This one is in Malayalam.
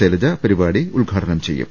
ശൈലജ പരിപാടി ഉദ്ഘാടനം ചെയ്യും